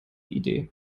idee